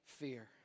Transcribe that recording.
fear